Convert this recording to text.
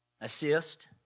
Assist